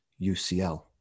UCL